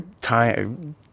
time